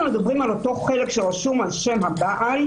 אנחנו מדברים על אותו חלק שרשום על שם הבעל,